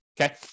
Okay